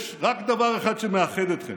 יש רק דבר אחד שמאחד אתכם,